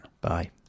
Bye